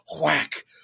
whack